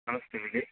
ನಮಸ್ತೆ ಹೇಳಿ